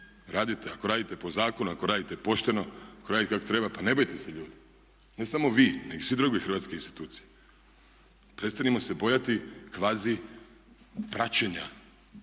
Radite, ako radite po zakonu, ako radite pošteno, ako radite kako treba pa nemojte se ljudi. Ne samo vi, nego i sve druge hrvatske institucije. Prestanimo se bojati kvazi praćenja.